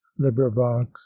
librivox